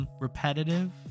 repetitive